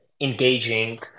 engaging